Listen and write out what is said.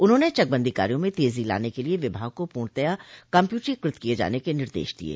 उन्होंने चकबंदी कार्यो में तेजी लाने के लिए विभाग को पूर्णतः कम्प्यूटरीकृत किये जाने के निर्देश दिये